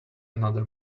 another